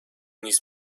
نیس